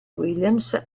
williams